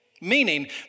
Meaning